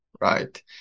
right